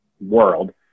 world